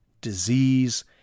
disease